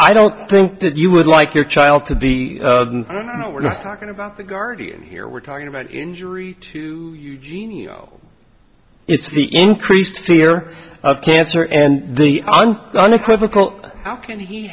i don't think that you would like your child to be i know we're not talking about the guardian here we're talking about injury to eugene you know it's the increased fear of cancer and the unequivocal how can he